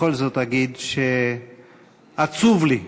בכל זאת אגיד שעצוב לי,